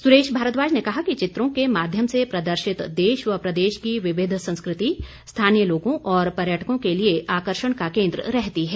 सुरेश भारद्वाज ने कहा कि चित्रों के माध्यम से प्रदर्शित देश व प्रदेश की विविध संस्कृति स्थानीय लोगों और पर्यटकों के लिए आकर्षण का केन्द्र रहती है